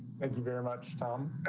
thank you very much, tom.